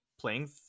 playing